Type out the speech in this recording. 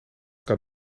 kan